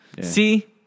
See